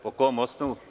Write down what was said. Po kom osnovu?